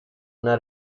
una